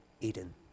Eden